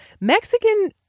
Mexican